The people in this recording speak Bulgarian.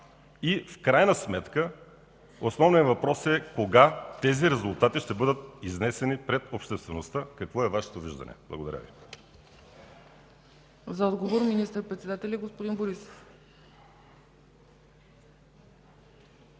и в крайна сметка основният въпрос е: кога тези резултати ще бъдат изнесени пред обществеността? Какво е Вашето виждане? Благодаря Ви. ПРЕДСЕДАТЕЛ ЦЕЦКА ЦАЧЕВА: За отговор – министър-председателят господин Борисов.